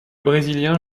brésilien